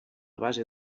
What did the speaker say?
base